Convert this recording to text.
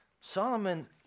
Solomon